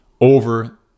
over